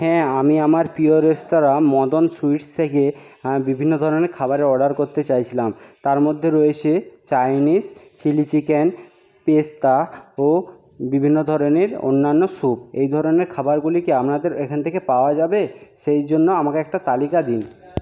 হ্যাঁ আমি আমার প্রিয় রেস্তোরাঁ মদন সুইটস থেকে বিভিন্ন ধরনের খাবারের অর্ডার করতে চাইছিলাম তার মধ্যে রয়েছে চাইনিজ চিলি চিকেন পেস্তা ও বিভিন্ন ধরনের অন্যান্য স্যুপ এই ধরণের খাবারগুলি কি আপনাদের এখান থেকে পাওয়া যাবে সেই জন্য আমাকে একটা তালিকা দিন